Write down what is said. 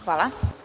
Hvala.